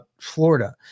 florida